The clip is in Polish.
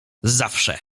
zawsze